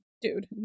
Dude